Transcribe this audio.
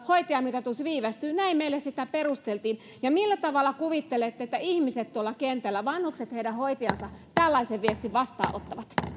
hoitajamitoitus viivästyy näin meille sitä perusteltiin millä tavalla kuvittelette että ihmiset tuolla kentällä vanhukset heidän hoitajansa tällaisen viestin vastaanottavat